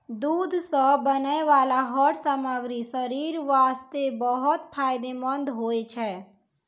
दूध सॅ बनै वाला हर सामग्री शरीर वास्तॅ बहुत फायदेमंंद होय छै